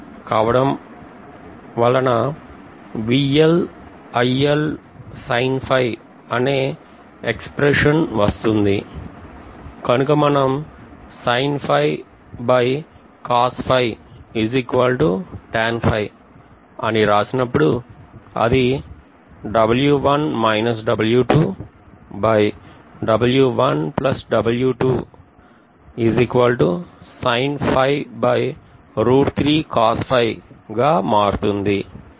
కావడం మనకు అనే ఏకప్రేషన్ వస్తుంది కనుక మనం అని రాసినప్పుడు అది గ మారుతుంది